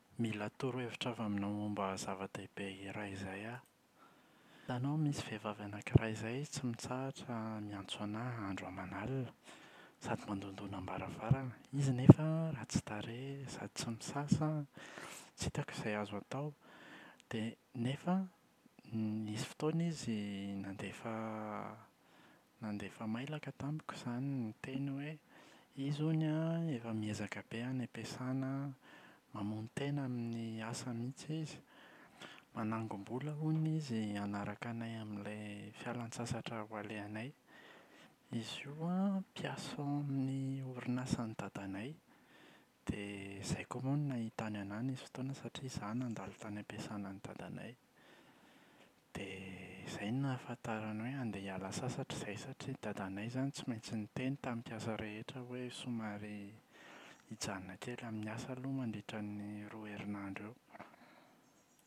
Mila torohevitra avy aminao momba zava-dehibe iray izay aho. Hitanao misy vehivavy anakiray izay tsy mitsahatra miantso ana andro aman’alina, sady mandondona am-baravarana. Izy nefa ratsy tarehy sady tsy misasa an tsy hitako izay azo atao. Dia nefa an n-nisy fotoana izy nandefa nandefa mailaka tamiko izany niteny hoe: izy hono efa miezaka be any am-piasana an, mamono tena amin’ny asa mihitsy izy, manangom-bola hono izy hanaraka anay amin’ilay fialan-tsasatra ho alehanay. Izy io an mpiasa ao amin’ny orinasan’i dadanay dia izay koa moa no nahitany ana nisy fotoana satria izaho nandalo tany am-piasanan’i dadanay. Dia izay no nahafantarany hoe andeha hiala sasatra izahay satria dadanay izany tsy maintsy niteny tamin’ny mpiasa rehetra hoe somary hijanona kely amin’ny asa aloha mandritra ny roa herinandro eo.